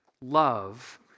love